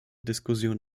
diskussion